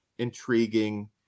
intriguing